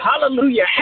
hallelujah